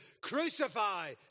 Crucify